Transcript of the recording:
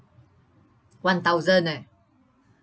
one thousand eh